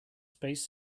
space